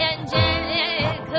Angelic